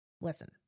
Listen